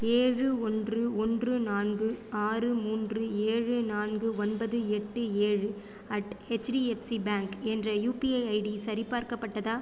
ஏழு ஒன்று ஒன்று நான்கு ஆறு மூன்று ஏழு நான்கு ஒன்பது எட்டு ஏழு அட் எச்டிஎஃப்சி பேங்க் என்ற யூபிஐ ஐடி சரிபார்க்கப்பட்டதா